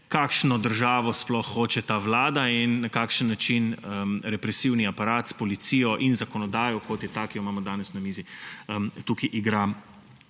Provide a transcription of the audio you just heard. kakšno državo sploh hoče ta vlada in na kakšen način represivni aparat s policijo in zakonodajo, kot jo ta, ki jo imamo danes na mizi, tukaj igra